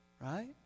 Right